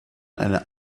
eine